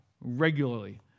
regularly